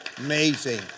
Amazing